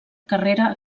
carrera